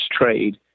trade